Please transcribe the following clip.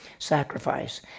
sacrifice